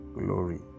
glory